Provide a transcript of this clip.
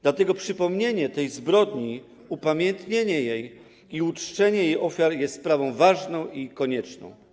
Dlatego przypomnienie tej zbrodni, upamiętnienie jej i uczczenie jej ofiar jest sprawą ważną i konieczną.